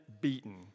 beaten